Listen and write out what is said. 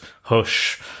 Hush